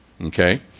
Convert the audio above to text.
Okay